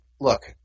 look